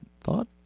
thought